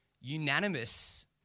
unanimous